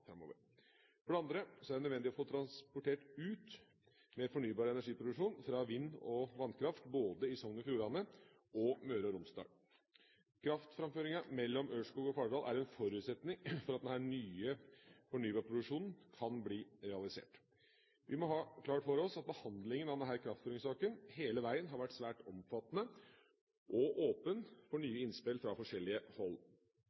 framover. For det andre er det nødvendig å få transportert ut mer fornybar energiproduksjon fra vind- og vannkraft både i Sogn og Fjordane og i Møre og Romsdal. Kraftframføringa mellom Ørskog og Fardal er en forutsetning for at mye av denne fornybarproduksjonen kan bli realisert. Vi må ha klart for oss at behandlingen av denne kraftframføringssaken hele veien har vært svært omfattende og åpen for